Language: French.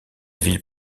ville